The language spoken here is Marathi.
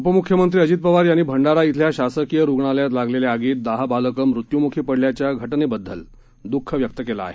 उपमुख्यमंत्री अजित पवार यांनी भंडारा खिल्या शासकीय रुग्णालयात लागलेल्या आगीत दहा बालकं मृत्युमुखी पडल्याच्या घटनेबद्दल दुःख व्यक्त केलं आहे